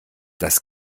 das